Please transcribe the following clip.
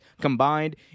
combined